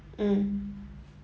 mm